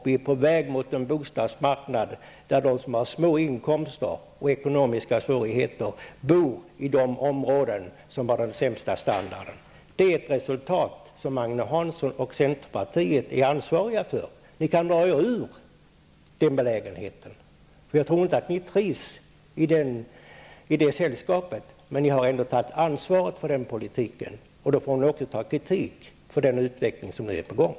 Vi är på väg mot en bostadsmarknad där de som har små inkomster och ekonomiska svårigheter bor i de områden som har den sämsta standarden. Det är ett resultat som Agne Hansson och centern är ansvariga för. Ni kan dra er ut ur den belägenheten, för jag tror inte att ni trivs i det sällskapet. Men ni har ändå tagit ansvaret för den politiken och får nu också ta kritik för den utveckling som är på gång.